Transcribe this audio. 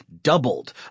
doubled